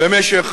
במשך